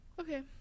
Okay